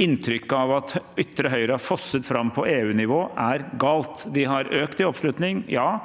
inntrykket av at ytre høyre har fosset fram på EU-nivå, er galt. De har økt i oppslutning – ja,